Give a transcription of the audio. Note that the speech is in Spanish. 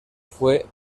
fue